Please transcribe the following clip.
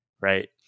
right